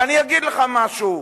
ואני אגיד לך משהו: